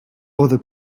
other